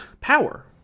power